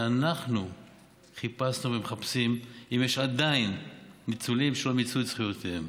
זה שאנחנו חיפשנו ומחפשים אם יש עדיין ניצולים של מיצו את זכויותיהם.